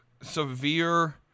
severe